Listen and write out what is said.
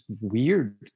weird